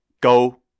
Go